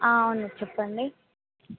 అవును చెప్పండి